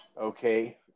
Okay